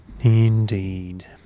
Indeed